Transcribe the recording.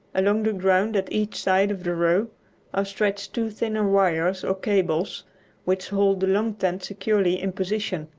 along the ground at each side of the row are stretched two thinner wires or cables which hold the long tent securely in position.